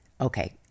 Okay